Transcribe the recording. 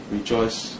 rejoice